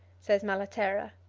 says malaterra,